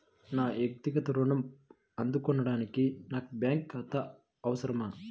నా వక్తిగత ఋణం అందుకోడానికి నాకు బ్యాంక్ ఖాతా అవసరమా?